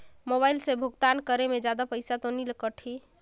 Mobile से भुगतान करे मे जादा पईसा तो नि कटही?